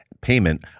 payment